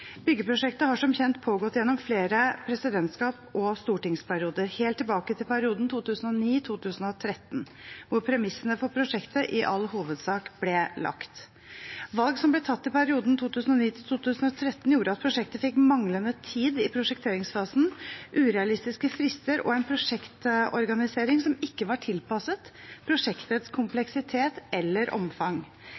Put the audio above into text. Byggeprosjektet har som kjent pågått gjennom flere presidentskap og stortingsperioder, helt tilbake til perioden 2009–2013, hvor premissene for prosjektet i all hovedsak ble lagt. Valg som ble tatt i perioden 2009–2013, gjorde at prosjektet fikk manglende tid i prosjekteringsfasen, urealistiske frister og en prosjektorganisering som ikke var tilpasset prosjektets